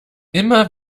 immer